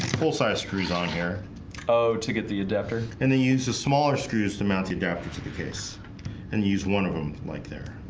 full-size screws on here oh to get the adapter and they use the smaller screws to mount the adapter to the case and use one of them like there.